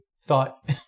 thought